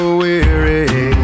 weary